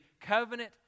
covenant